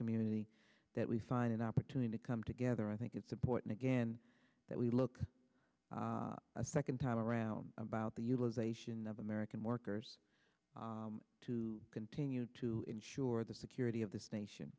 community that we find an opportunity to come together i think it's important again that we look a second time around about the utilization of american workers to continue to ensure the security of this nation